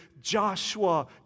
Joshua